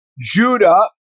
Judah